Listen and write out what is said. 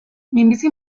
minbizi